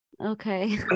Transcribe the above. Okay